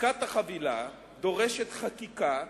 עסקת החבילה דורשת חקיקה,